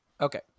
Okay